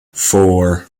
four